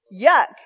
Yuck